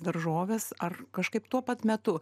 daržoves ar kažkaip tuo pat metu